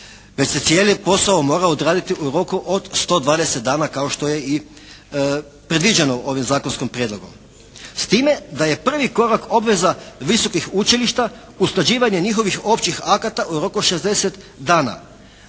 već se cijeli posao mora odraditi u roku od 120 dana kao što je i predviđeno ovim zakonskim prijedlogom, s time da je prvi korak obveza visokih učilišta usklađivanje njihovih općih akata u roku od 60 dana.